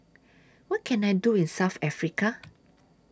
What Can I Do in South Africa